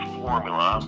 formula